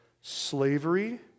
Slavery